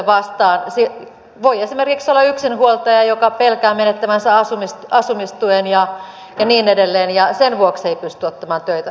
voi esimerkiksi olla yksinhuoltaja joka pelkää menettävänsä asumistuen ja niin edelleen ja sen vuoksi ei pysty ottamaan töitä vastaan